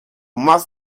más